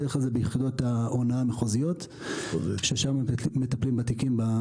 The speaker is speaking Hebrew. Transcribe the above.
בדרך כלל זה ביחידות ההונאה המחוזית ששם מטפלים בתיקים.